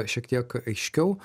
šiek tiek aiškiau